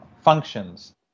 functions